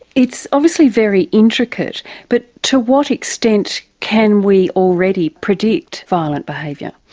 it's obviously very intricate but to what extent can we already predict violent behaviour?